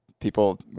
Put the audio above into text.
people